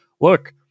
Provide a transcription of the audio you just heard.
Look